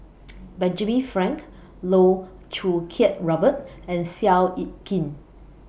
Benjamin Frank Loh Choo Kiat Robert and Seow Yit Kin